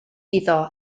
iddo